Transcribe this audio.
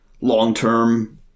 long-term